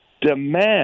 demand